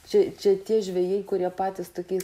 čia čia tie žvejai kurie patys tokiais